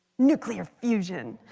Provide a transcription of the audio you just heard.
nuclear fusion.